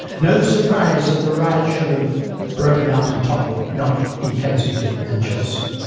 no surprise that the riots should have broken out in tottenham not in kensington and chelsea.